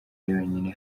yonyine